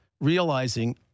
realizing